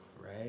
right